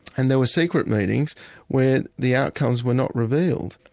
and there were secret meetings where the outcomes were not revealed.